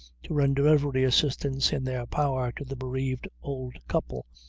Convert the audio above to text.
to render every assistance in their power to the bereaved old couple,